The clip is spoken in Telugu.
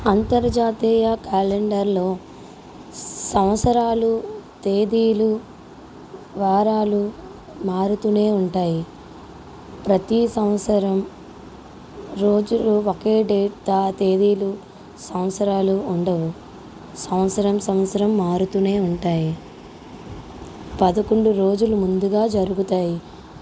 అంతర్జాతీయ క్యాలెండర్లో సంవత్సరాలు తేదీలు వారాలు మారుతూనే ఉంటాయి ప్రతీ సంవత్సరం రోజులు ఒకే డేట్ తా తేదీలు సంవత్సరాలు ఉండవు సంవత్సరం సంవత్సరం మారుతూనే ఉంటాయి పదకొండు రోజులు ముందుగా జరుగుతాయి